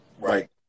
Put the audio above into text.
Right